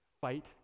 Fight